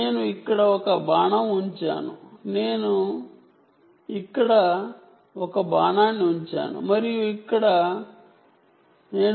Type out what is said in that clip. నేను ఇక్కడ ఒక బాణం ఉంచాను నేను ఇక్కడ ఒక బాణం ఉంచాను మరియు ఇక్కడ ఉంచాను